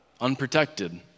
unprotected